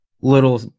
little